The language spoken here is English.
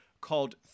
called